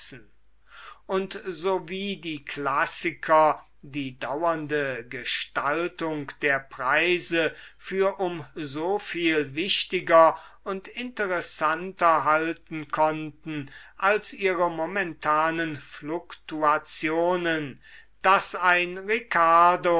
und so wie die klassiker die dauernde gestaltung der preise für um so viel wichtiger und interessanter halten konnten als ihre momentane fluktuationen daß ein ricardo